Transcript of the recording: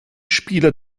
spieler